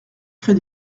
crée